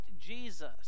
Jesus